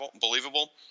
believable